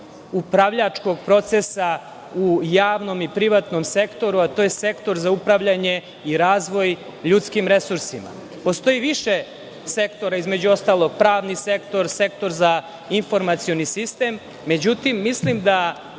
upravljačkog procesa u javnom i privatnom sektoru, a to je sektor za upravljanje i razvoj ljudskim resursima. Postoji više sektora, između ostalog pravni sektor, sektor za informacioni sistem, međutim ne